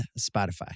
Spotify